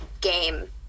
game